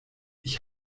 ich